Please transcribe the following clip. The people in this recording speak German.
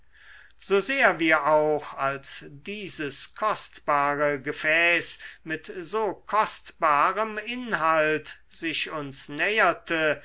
so sehr wir auch als dieses kostbare gefäß mit so kostbarem inhalt sich uns näherte